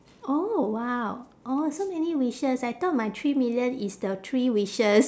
oh !wow! orh so many wishes I thought my three million is the three wishes